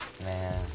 man